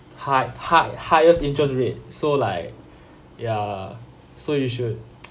high high highest interest rate so like ya so you should